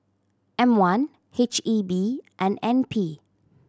M One H E B and N P